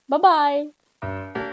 bye-bye